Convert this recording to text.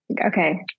okay